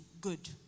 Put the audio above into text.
good